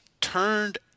turned